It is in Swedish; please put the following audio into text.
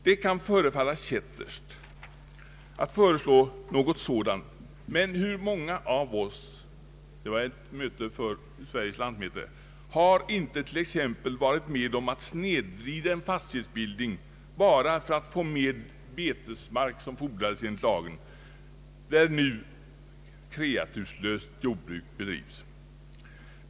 Det kan förefalla kätterskt att föreslå något sådant men hur många av oss” — det var vid ett möte för Sveriges lantmätare som jag yttrade detta — ”har inte t.ex. varit med om att snedvrida en fastighetsbildning bara för att få med betesmark, där nu kreaturslöst jordbruk bedrives?